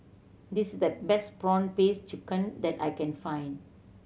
this is the best prawn paste chicken that I can find